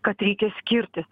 kad reikia skirtis